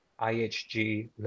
IHG